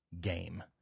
game